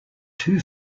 two